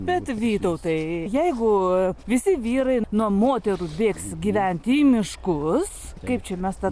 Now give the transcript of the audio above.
bet vytautai jeigu visi vyrai nuo moterų bėgs gyventi į miškus kaip čia mes tą